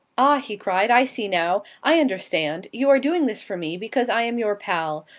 ah! he cried. i see now i understand! you are doing this for me because i am your pal.